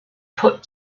put